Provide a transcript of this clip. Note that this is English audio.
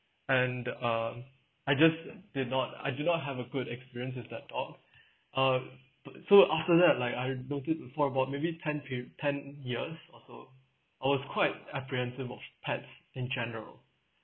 and um I just did not I did not have a good experience with that dog uh so after that like I'm muted to talk about maybe ten fif~ ten years or so I was quite apprehensive of pets in general